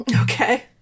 Okay